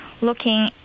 looking